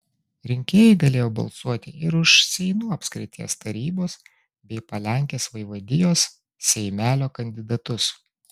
rinkėjai galėjo balsuoti ir už seinų apskrities tarybos bei palenkės vaivadijos seimelio kandidatus